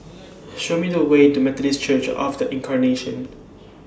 Show Me The Way to Methodist Church of The Incarnation